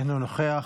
אינו נוכח.